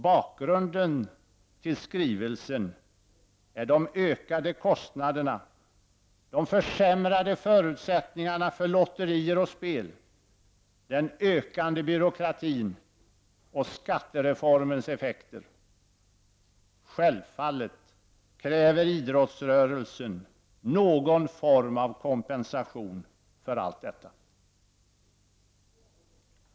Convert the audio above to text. Bakgrunden till skrivelsen är de ökade kostnaderna, de försämrade förutsättningarna för lotterier och spel, den ökande byråkratin och skattereformens effekter. Självfallet kräver idrottsrörelsen någon form av kompensation för allt detta.